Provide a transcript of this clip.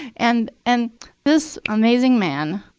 and and this amazing man,